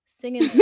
singing